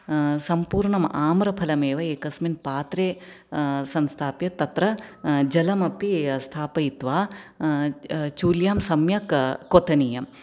सम्पूर्णम् आम्रफलमेव एकस्मिन् पात्रे संस्थाप्य तत्र जलमपि स्थापयित्वा चूल्यां सम्यक् क्वथनीयम्